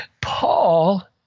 Paul